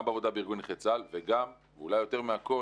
גם בעבודה בארגון נכי צה"ל וגם, ואולי יותר מהכול,